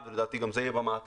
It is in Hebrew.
לדעתי גם זה יהיה במעטפה,